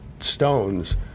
Stones